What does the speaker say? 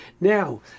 Now